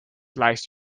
like